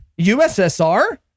USSR